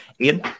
Ian